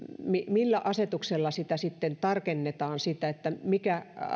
millä asetuksella sitten tarkennetaan että mikä